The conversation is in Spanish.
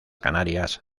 canarias